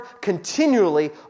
continually